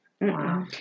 Wow